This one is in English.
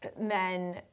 men –